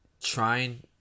trying